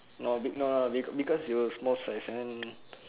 no be~ no no be~ because you were small size M